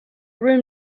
room